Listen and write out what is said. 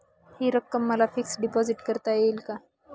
हि रक्कम मला फिक्स डिपॉझिट करता येईल का?